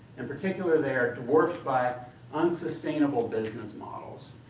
in particular, they are dwarfed by unsustainable business models.